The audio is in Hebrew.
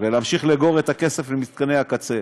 ולהמשיך לצבור את הכסף למתקני הקצה,